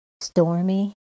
stormy